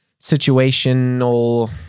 situational